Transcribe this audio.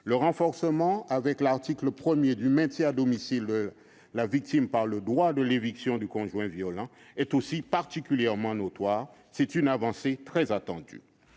Le renforcement, avec l'article 1 E, du maintien à domicile de la victime par le droit à l'éviction du conjoint violent est aussi particulièrement notable- c'est une avancée très attendue.